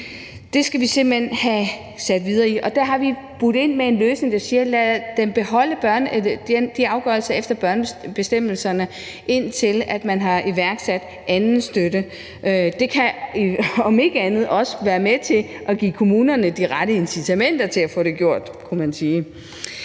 Det skal vi simpelt hen have set videre på, og der har vi budt ind med en løsning, der siger, at lad dem beholde afgørelserne efter børnebestemmelserne, indtil man har iværksat anden støtte. Det kan om ikke andet også være med til at give kommunerne de rette incitamenter til at få det gjort, kunne man sige.